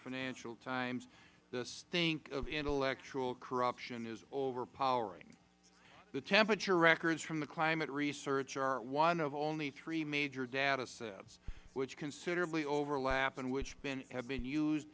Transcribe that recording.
financial times the stink of intellectual corruption is overpowering the temperature records from the climate research are one of only three major data sets which considerably overlap and which have been used